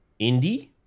indie